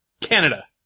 Canada